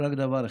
רק דבר אחד: